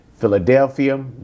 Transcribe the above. Philadelphia